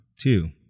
two